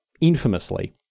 infamously